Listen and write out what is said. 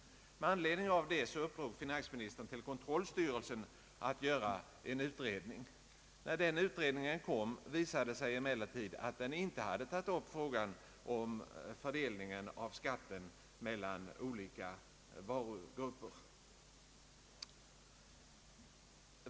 Med anledning därav uppdrog finansministern åt kontrollstyrelsen att göra en ut redning. När den utredningen lades fram visade det sig emellertid att den inte tagit upp frågan om fördelning av skatten mellan olika varugrupper.